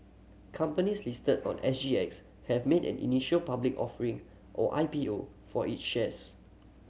companies listed on S G X have made an initial public offering or I P O for each shares